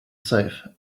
safe